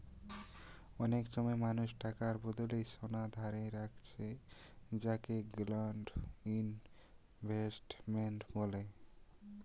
অনেক সময় মানুষ টাকার বদলে সোনা ধারে রাখছে যাকে গোল্ড ইনভেস্টমেন্ট বলে